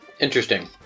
Interesting